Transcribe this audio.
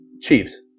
Chiefs